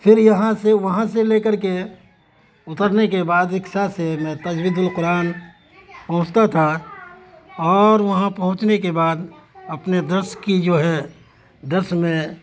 پھر یہاں سے وہاں سے لے کر کے اترنے کے بعد رکسا سے میں تجوید القرآن پہنچتا تھا اور وہاں پہنچنے کے بعد اپنے درس کی جو ہے درس میں